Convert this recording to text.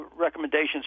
recommendations